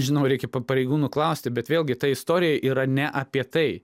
žinoma reikia pareigūnų klausti bet vėlgi ta istorija yra ne apie tai